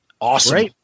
Awesome